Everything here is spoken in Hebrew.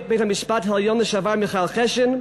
בית-המשפט העליון לשעבר מישאל חשין: